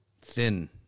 thin